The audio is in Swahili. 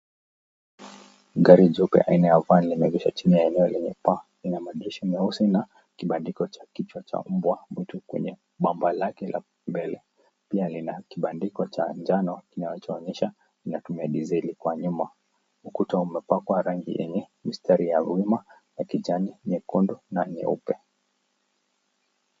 Gari jeupe aina ya (cs)van(cs) limeegeshaa chini ya eneo lenye paa, lina madirisha meusi na, kibandiko cha kichwa cha mbwa mwitu kwenye bambwa lake la, mbele, pia lina kibandiko cha njano kinacho onyesha inatumia dizeli kwa nyuma, ukuta umepakwa rangi yenye mistari ya huruma, ya kijani, nyekundu, na nyeupe.